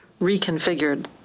reconfigured